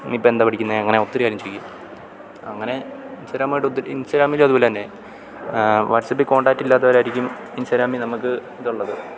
നീയിപ്പം എന്താ പഠിക്കുന്നത് അങ്ങനെ ഒത്തിരി കാര്യം ചോദിക്കും അങ്ങനെ ഇന്സ്റ്റഗ്രാമും ആയിട്ടൊത്തിരി ഇൻസ്റ്റഗ്രാമിലും അതു പോലെ തന്നെ വാട്ട്സപ്പിൽ കോൺടാക്ട് ഇല്ലാത്തവരായിരിക്കും ഇൻസ്റ്റാഗ്രാമില് നമുക്ക് ഇതുള്ളത്